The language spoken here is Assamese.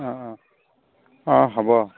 অঁ অঁ অঁ হ'ব